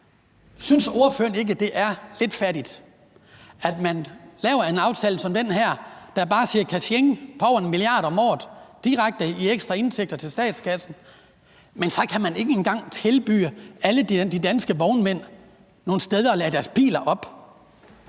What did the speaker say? Synes ordføreren ikke, det er lidt fattigt, at man laver en aftale som den her, der bare siger katjing, på over 1 mia. kr. om året i direkte ekstra indtægter til statskassen, men så kan man ikke engang tilbyde alle de danske vognmænd nogle steder at lade deres elbiler op?